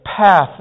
path